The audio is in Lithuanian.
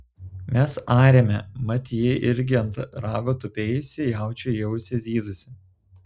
mes arėme mat ji irgi ant rago tupėjusi jaučiui į ausį zyzusi